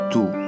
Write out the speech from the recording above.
Two